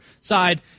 side